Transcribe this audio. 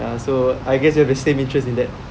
ya so I guess we have the same interest in that